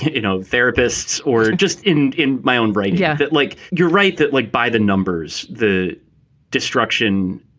you know, therapists or just in in my own brain. yeah. that like, you're right that like by the numbers, the destruction.